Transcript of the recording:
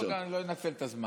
לא, אני גם לא אנצל את הזמן.